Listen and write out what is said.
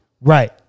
Right